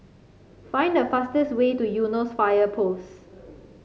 find the fastest way to Eunos Fire Post